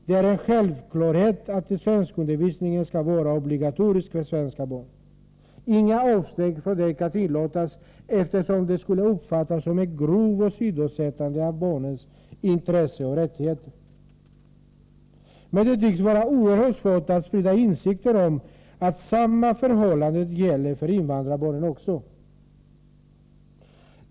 Det är en självklarhet att svenskundervisningen skall vara obligatorisk för svenska barn. Inga avsteg från detta kan tillåtas, eftersom det skulle uppfattas som ett grovt åsidosättande av barnets intressen och rättigheter. Men det tycks vara oerhört svårt att sprida insikt om att samma förhållande gäller för invandrarbarnen.